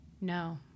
No